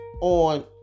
on